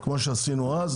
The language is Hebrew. כמו שעשינו אז,